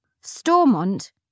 Stormont